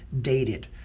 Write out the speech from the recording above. dated